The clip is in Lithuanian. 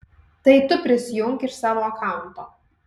tai tu prisijunk iš savo akaunto